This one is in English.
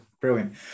Brilliant